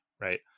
right